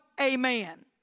Amen